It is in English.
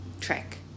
trick